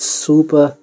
super